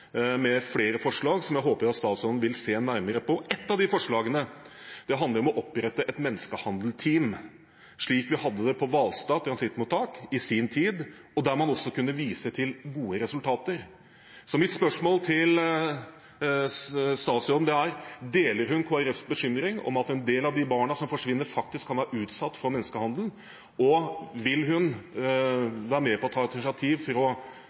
Et av forslagene handler om å opprette et menneskehandelteam, slik vi hadde det på Hvalstad transittmottak i sin tid, og der man også kunne vise til gode resultater. Mitt spørsmål til statsråden er: Deler hun Kristelig Folkepartis bekymring for at en del av de barna som forsvinner, kan være utsatt for menneskehandel? Og vil hun være med på å ta initiativ til å